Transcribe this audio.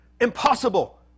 Impossible